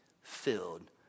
filled